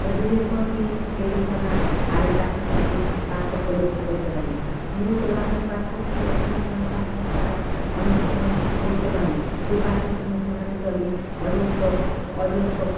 তো দিনের পর দিন টেরেস বাগান আর এ গাছের মধ্যে পার্থক্য লক্ষ্য করতে পারি নিয়মিত বাগানের মধ্যে পার্থক্য আর টেরেস বাগানের পার্থক্য আমরা অনেক সময়ই বুঝতে পারি যেই পার্থক্যের মধ্যে আমাদের চলে অজস্র অজস্র